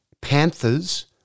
panthers